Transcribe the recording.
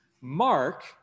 Mark